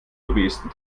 lobbyisten